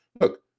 Look